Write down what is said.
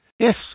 Yes